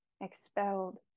expelled